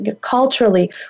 culturally